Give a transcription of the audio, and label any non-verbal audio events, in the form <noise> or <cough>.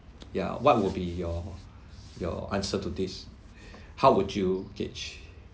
ya what would be your your answer to this <breath> how would you gauge